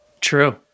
True